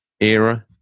era